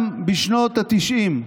גם בשנות התשעים,